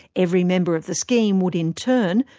every member of the scheme would in turn,